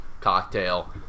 Cocktail